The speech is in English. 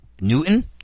Newton